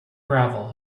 gravel